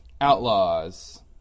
outlaws